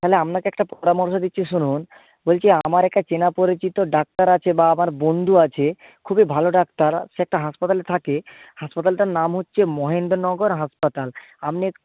তাহলে আপনাকে একটা পরামর্শ দিচ্ছি শুনুন বলছি আমার একটা চেনা পরিচিত ডাক্তার আছে বা আমার বন্ধু আছে খুবই ভালো ডাক্তার সে একটা হাসপাতালে থাকে হাসপাতালটার নাম হচ্ছে মহেন্দ্রনগর হাসপাতাল আপনি একটু